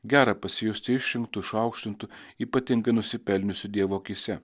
gera pasijusti išrinktu išaukštintu ypatingai nusipelniusiu dievo akyse